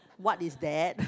what is that